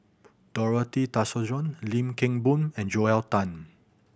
Dorothy Tessensohn Lim Kim Boon and Joel Tan